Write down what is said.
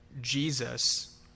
Jesus